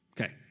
Okay